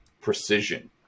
precision